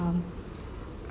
um